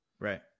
Right